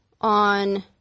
on